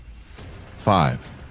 Five